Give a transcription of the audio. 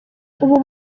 ubu